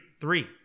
Three